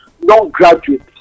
Non-graduates